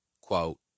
Quote